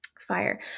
fire